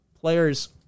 players